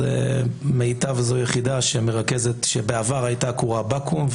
מיטב זו יחידה שבעבר נקראה 'בקו"ם',